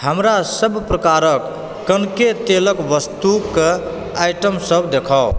हमरा सभ प्रकारक कनके तेलक वस्तुके आइटम सभ देखाउ